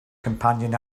companion